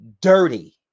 dirty